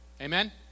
Amen